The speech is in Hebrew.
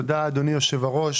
תודה, אדוני יושב-הראש.